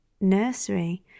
nursery